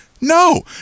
no